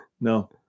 No